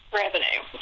revenue